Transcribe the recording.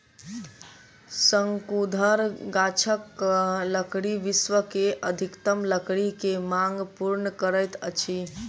शंकुधर गाछक लकड़ी विश्व के अधिकतम लकड़ी के मांग पूर्ण करैत अछि